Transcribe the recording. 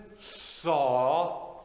saw